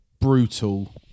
brutal